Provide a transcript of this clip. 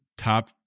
Top